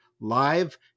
live